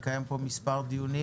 אנחנו נקיים פה מספר דיונים